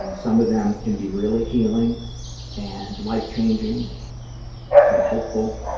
um some of them can be really healing and life-changing and helpful.